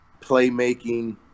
playmaking